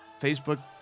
Facebook